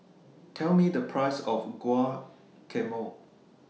Tell Me The Price of Guacamole